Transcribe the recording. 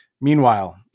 Meanwhile